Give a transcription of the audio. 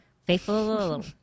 Faithful